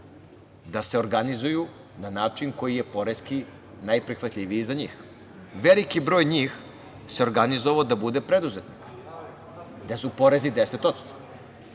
da se organizuju na način koji je poreski najprihvatljiviji za njih. Veliki broj njih se organizovao da bude preduzetnik gde su porezi 10%